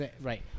Right